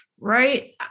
Right